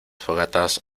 fogatas